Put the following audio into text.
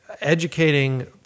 educating